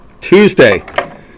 Tuesday